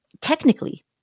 technically